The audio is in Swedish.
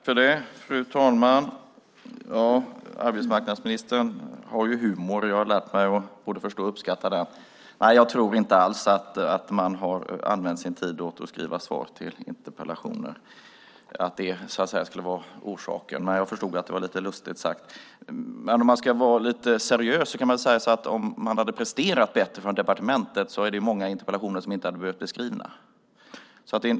Fru talman! Arbetsmarknadsministern har ju humor. Jag har lärt mig att både förstå och uppskatta den, men jag tror inte alls att man har använt sin tid åt att skriva svar på interpellationer och att det skulle vara orsaken. Jag förstod att det var lite lustigt sagt. Ska man vara lite seriös kan det dock sägas att om man hade presterat bättre från departementet hade många av interpellationerna inte behövt bli skrivna.